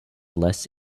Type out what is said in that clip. less